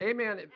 Amen